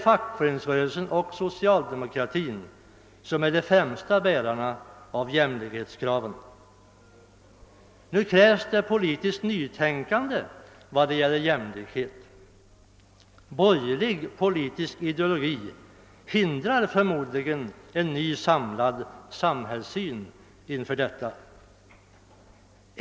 Fackföreningsrörelsen och «socialdemokratin är de främsta bärarna av jämlikhetskraven. Nu krävs ett politiskt nytänkande vad gäller jämlikheten. Borgerlig politisk ideologi hindrar dock förmodligen en samlad ny samhällssyn.